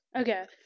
Okay